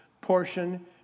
portion